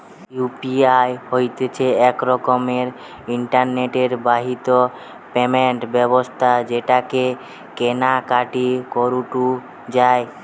UPI হতিছে এক রকমের ইন্টারনেট বাহিত পেমেন্ট ব্যবস্থা যেটাকে কেনা কাটি করাঢু যায়